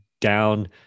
down